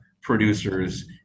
producers